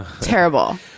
terrible